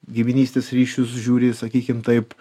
giminystės ryšius žiūri sakykim taip